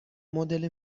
مدل